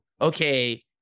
okay